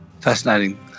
Fascinating